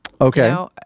Okay